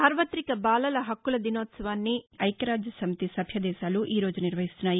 సార్వతిక బాలల హక్కుల దినోత్సవాన్ని ఐక్యరాజ్యసమితి సభ్యదేశాలు ఈ రోజు నిర్వహిస్తున్నాయి